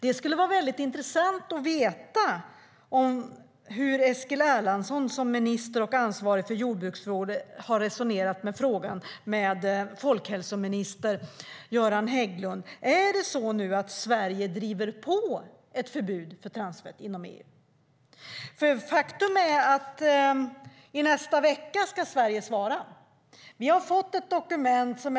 Det skulle vara intressant att veta hur Eskil Erlandsson som minister och ansvarig för jordbruksfrågor har resonerat med folkhälsominister Göran Hägglund i frågan. Är det så att Sverige nu driver på för ett förbud för transfett inom EU? Faktum är nämligen att Sverige ska svara om ett par veckor.